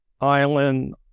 island